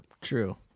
True